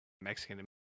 Mexican